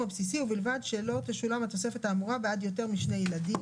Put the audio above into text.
הבסיסי ובלבד שלא תשולם התוספת האמורה בעד יותר משני ילדים,